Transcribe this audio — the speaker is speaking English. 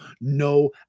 no